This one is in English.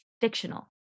fictional